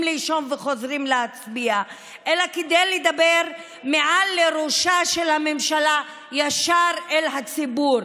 לישון וחוזרים להצביע אלא כדי לדבר מעל לראשה של הממשלה ישר אל הציבור,